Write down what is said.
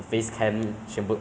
很多很多就对